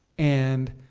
and.